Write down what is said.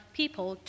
people